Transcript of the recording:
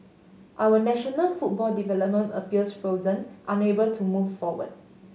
our national football development appears frozen unable to move forward